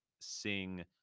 sing